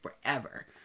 forever